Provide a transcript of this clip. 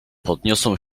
podniosą